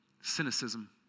cynicism